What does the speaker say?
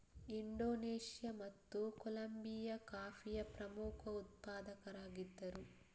Indonesia ಮತ್ತು Colombia ಕಾಫಿಯ ಪ್ರಮುಖ ಉತ್ಪಾದಕರಾಗಿದ್ದರು